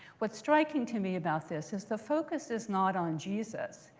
what's striking to me about this is the focus is not on jesus.